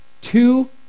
two